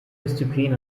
disziplin